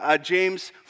James